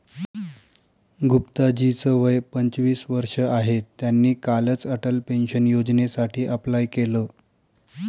गुप्ता जी च वय पंचवीस वर्ष आहे, त्यांनी कालच अटल पेन्शन योजनेसाठी अप्लाय केलं